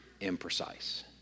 imprecise